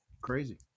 crazy